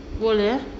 boleh ah